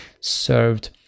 served